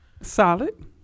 solid